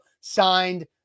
signed